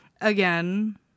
again